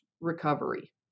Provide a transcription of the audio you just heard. recovery